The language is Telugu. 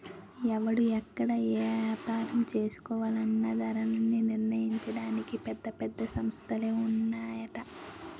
ఎవడు ఎక్కడ ఏపారం చేసుకోవాలన్నా ధరలన్నీ నిర్ణయించడానికి పెద్ద పెద్ద సంస్థలే ఉన్నాయట